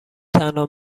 تنها